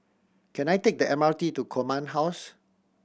can I take the M R T to Command House